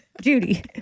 Judy